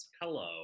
Hello